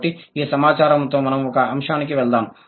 కాబట్టి ఈ సమాచారంతో మనం ఒక అంశానికి వెళ్దాం